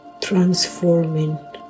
transforming